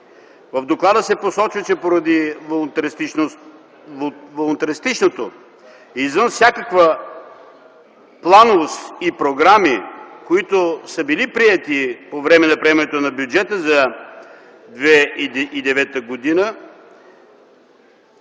В доклада се посочва, че поради волунтаристичното, извън всякаква плановост и програми, които са били приети по време на приемането на бюджета за 2009 г.,